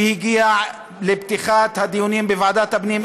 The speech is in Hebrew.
שהגיע לפתיחת הדיונים בוועדת הפנים,